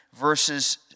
verses